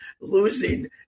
losing